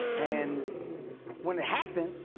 and when it happened,